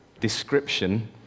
description